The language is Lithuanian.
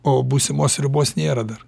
o būsimos sriubos nėra dar